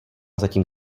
zatím